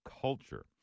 culture